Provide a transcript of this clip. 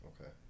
Okay